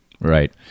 Right